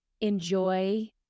enjoy